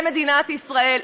במדינת ישראל,